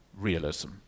realism